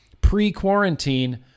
pre-quarantine